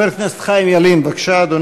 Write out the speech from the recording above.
חבר הכנסת חיים ילין, בבקשה, אדוני.